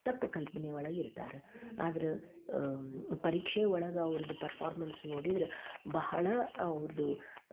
ತಪ್ಪು ಕಲ್ಪನೆ ಒಳಗೆ ಇರ್ತಾರೆ ಆದ್ರೆ ಪರೀಕ್ಷೆ ಒಳಗೆ ಅವ್ರ್ದು ಪರ್ಫಾರ್ಮೆನ್ಸ್ ನೋಡಿದ್ರೆ ಬಹಳ ಅವ್ರ್ದು